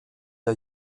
der